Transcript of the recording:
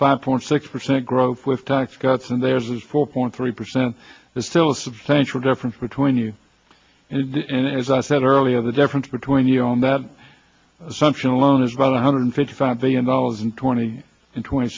five point six percent growth with tax cuts and there's four point three percent there's still a substantial difference between you and as i said earlier the difference between your own that assumption alone is about one hundred fifty five billion dollars and twenty and twenty